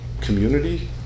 community